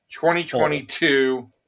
2022